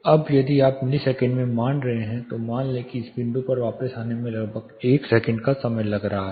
अब यदि आप इसे मिलीसेकंड में मान रहे हैं तो मान लें कि इस बिंदु पर वापस आने में लगभग 1 सेकंड का समय लग रहा है